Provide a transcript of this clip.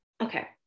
okay